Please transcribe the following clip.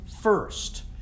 first